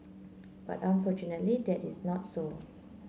but unfortunately that is not so